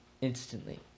instantly